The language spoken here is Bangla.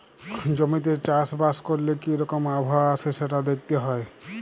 জমিতে চাষ বাস ক্যরলে কি রকম আবহাওয়া আসে সেটা দ্যাখতে হ্যয়